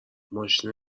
ماشین